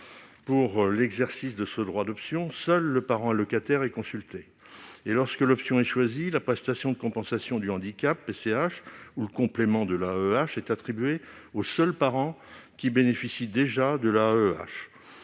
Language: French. Pour l'exercice de ce droit d'option, seul le parent allocataire est consulté. Lorsque l'option est choisie, la prestation de compensation du handicap ou le complément de l'AEEH est attribué au seul parent qui bénéficie déjà de l'AEEH.